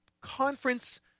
conference –